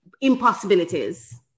impossibilities